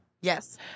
Yes